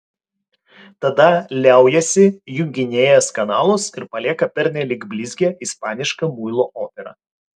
tada liaujasi junginėjęs kanalus ir palieka pernelyg blizgią ispanišką muilo operą